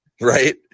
right